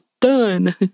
done